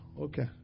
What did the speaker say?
Okay